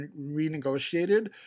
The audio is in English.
renegotiated